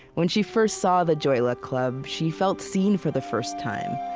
when she first saw the joy luck club, she felt seen for the first time.